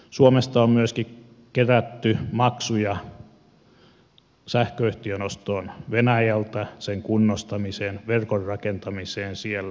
suomesta on myöskin kerätty maksuja sähköyhtiön ostoon venäjältä sen kunnostamiseen verkon rakentamiseen siellä